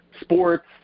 sports